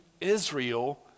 Israel